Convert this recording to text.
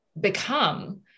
become